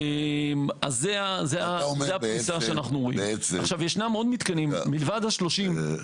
עכשיו, ישנם עוד מתקנים, מלבד ה-30.